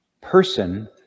person